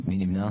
7. מי נמנע?